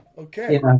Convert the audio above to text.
Okay